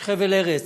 יש חבל ארץ